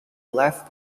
left